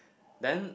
then